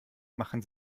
machen